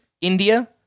India